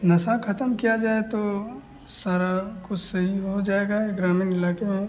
नशा ख़त्म किया जाए तो सारा कुछ सही हो जाएगा ये ग्रामीण इलाक़े हैं